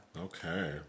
Okay